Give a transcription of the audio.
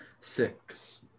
Six